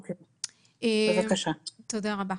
תודה רבה.